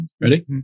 Ready